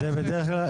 בדרך כלל,